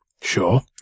Sure